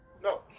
no